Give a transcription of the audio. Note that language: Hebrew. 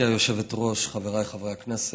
גברתי היושבת-ראש, חבריי חברי הכנסת,